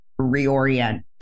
reorient